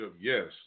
yes